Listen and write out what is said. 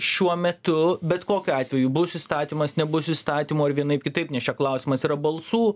šiuo metu bet kokiu atveju bus įstatymas nebus įstatymo ir vienaip kitaip nes čia klausimas yra balsų